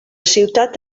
ciutat